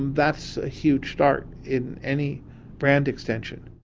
um that's a huge start in any brand extension,